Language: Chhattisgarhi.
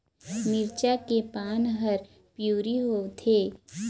मिरचा के पान हर पिवरी होवथे?